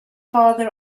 father